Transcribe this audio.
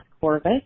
Corvus